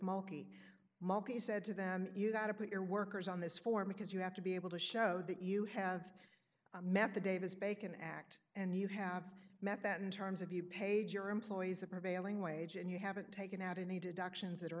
multi multi said to them you got to put your workers on this form because you have to be able to show that you have met the davis bacon act and you have met that in terms of you paid your employees a prevailing wage and you haven't taken out any deductions that are